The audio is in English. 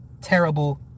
terrible